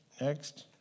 next